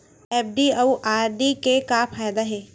FD अउ RD के का फायदा हे?